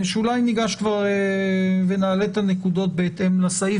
אולי ניגש ונעלה את הנקודות בהתאם לסעיף